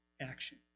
action